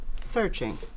searching